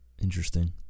Interesting